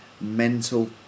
mental